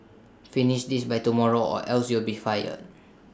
finish this by tomorrow or else you will be fired